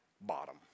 bottom